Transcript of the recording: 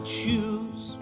choose